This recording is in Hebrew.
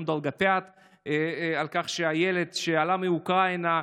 דולגופיאט על כך שהילד שעלה מאוקראינה,